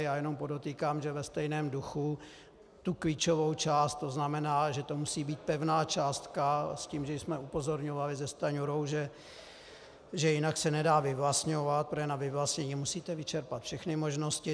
Já jenom podotýkám, že ve stejném duchu tu klíčovou část, tzn. že to musí být pevná částka s tím, že jsme upozorňovali se Stanjurou, že jinak se nedá vyvlastňovat, protože na vyvlastnění musíte vyčerpat všechny možnosti.